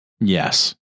Yes